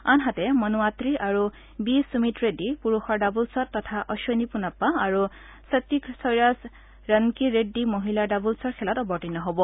আনহাতে মনু আত্ৰি আৰু বি সুমিত ৰেড্ডি পুৰুষৰ ডাবল্ছত তথা অশ্বিনী পোনাপ্পা আৰু সত্বিকচৈৰাজ ৰনকিৰেড্ডি মহিলাৰ ডাবল্ছৰ খেলত অৱতীৰ্ণ হ'ব